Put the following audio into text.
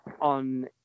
on